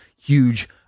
huge